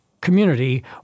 community